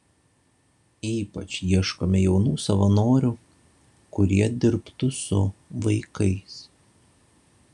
ypač ieškome jaunų savanorių kurie dirbtų su vaikais